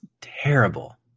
terrible